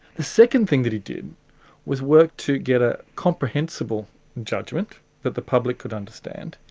the second thing that he did was work to get a comprehensible judgement that the public could understand,